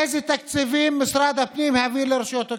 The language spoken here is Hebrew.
אילו תקציבים משרד הפנים העביר לרשויות המקומיות?